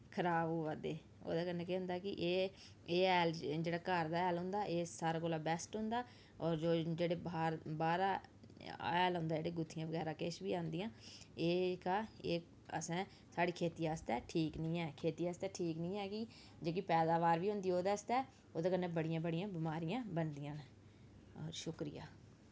खराब होआ दे ओह्दे कन्नै केह् होंदा कि एह् एह् हैल जेह्ड़ा घर दा हैल होंदा एह् सारें कोला बैस्ट होंदा होर जेह्ड़े बाह्रे बाह्रा हैल औंदा जेह्ड़ा गुत्थियां बगैरा किश बी औंदियां एह् जेह्का एह् असें साढ़ी खेती आस्तै ठीक नी ऐ खेती आस्तै ठीक नी ऐ कि जेह्की पैदावार बी होंदी ओह्दै आस्तै ओह्दे कन्नै बड़ियां बड़ियां बमारियां बनदियां न होर शुक्रिया